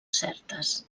certes